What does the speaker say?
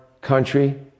country